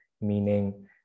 meaning